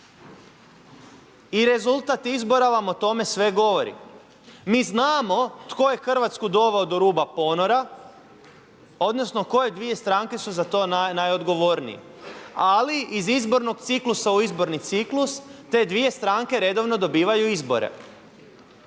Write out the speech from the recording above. i rezultat izbora vam o tome sve govori. Mi znamo tko je Hrvatsku doveo do ruba ponora odnosno koje dvije stranke su za to najodgovornije. Ali iz izbornog ciklusa u izborni ciklus te dvije stranke redovno dobivaju izbore.